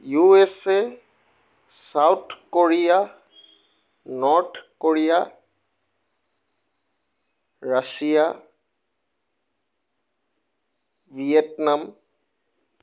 USA South Korea North Korea Russia Vietnam